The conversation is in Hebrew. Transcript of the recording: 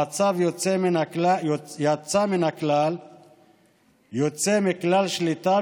המצב יצא מכלל שליטה,